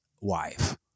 wife